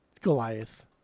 Goliath